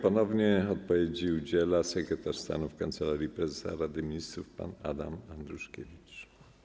Ponownie odpowiedzi udziela sekretarz stanu w Kancelarii Prezesa Rady Ministrów pan Adam Andruszkiewicz.